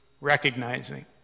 recognizing